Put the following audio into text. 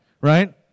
right